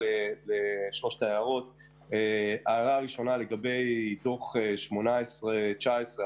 ההערה הראשונה לגבי דוח 2018-2019,